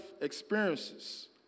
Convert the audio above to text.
experiences